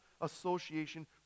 association